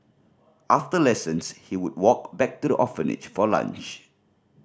after lessons he would walk back to the orphanage for lunch